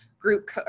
group